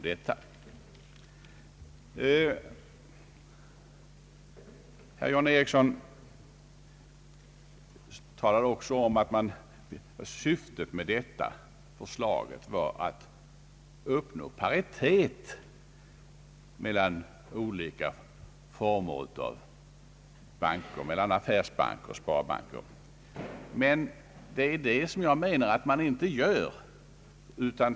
Herr John Ericsson talade också om att syftet med detta förslag var att uppnå paritet mellan olika former av banker, mellan affärsbanker och sparbanker. Men det är detta jag menar att man inte gör.